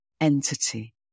entity